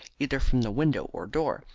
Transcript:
either from the window or door,